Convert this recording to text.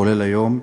כולל היום,